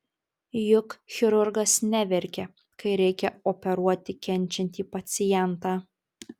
juk chirurgas neverkia kai reikia operuoti kenčiantį pacientą